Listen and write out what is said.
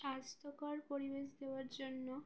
স্বাস্থ্যকর পরিবেশ দেওয়ার জন্য